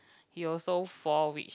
he also fall which